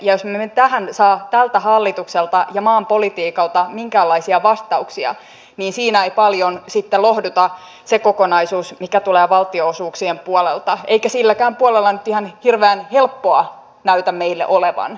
jos me emme tähän saa tältä hallitukselta ja maan politiikalta minkäänlaisia vastauksia niin siinä ei paljon sitten lohduta se kokonaisuus mikä tulee valtionosuuksien puolelta eikä silläkään puolella nyt ihan hirveän helppoa näytä meillä olevan